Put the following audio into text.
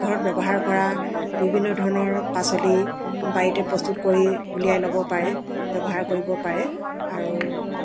পাকঘৰত ব্যৱহাৰ কৰা বিভিন্ন ধৰণৰ পাচলি বাৰীতে প্ৰস্তুত কৰি উলিয়াই ল'ব পাৰে ব্যৱহাৰ কৰিব পাৰে আৰু